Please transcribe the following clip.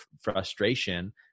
frustration